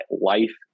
life